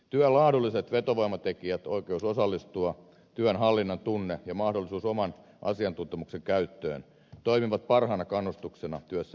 työn laadulliset vetovoimatekijät oikeus osallistua työn hallinnan tunne ja mahdollisuus oman asiantuntemuksen käyttöön toimivat parhaana kannustuksena työssä pysymiselle